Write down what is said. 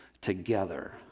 together